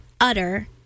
utter